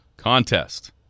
Contest